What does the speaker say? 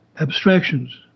abstractions